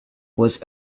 was